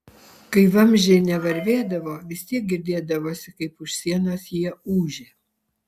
kai vamzdžiai nevarvėdavo vis tiek girdėdavosi kaip už sienos jie ūžia